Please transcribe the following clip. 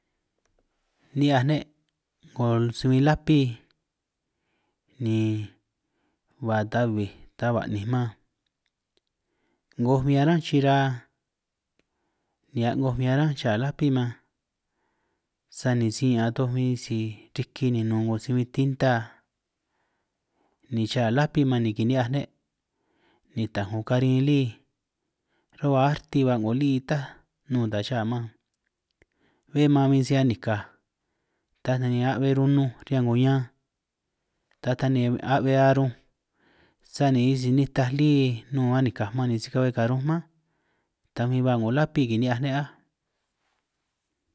Ni'hiaj ne' 'ngo si bin lapi, ni ba ta bij ta ba'ninj man 'ngoj bin arán chira ni a'ngoj bin arán cha lapi man, sani si ña'an toj bin si riki ni nun 'ngo si bin tinta, ni cha lapi man ni kini'hiaj ne' ni taj 'ngo karin lí ru'hua arti ba 'ngo lí táj, nun ta cha man be man si anikaj, ta ni a'be rununj riñan 'ngo ñanj ta taj ni a'be arunj, sani isi nitaj lí nun anikaj man, ni si ga'hue karunj mánj, tan bin ba 'ngo lapi kini'hiaj ne' áj.